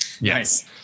Yes